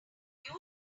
know